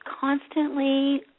constantly